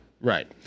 right